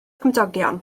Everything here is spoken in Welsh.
cymdogion